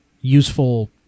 useful